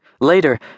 Later